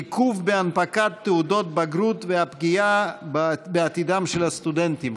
העיכוב בהנפקת תעודות בגרות והפגיעה בעתידם של סטודנטים.